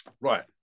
Right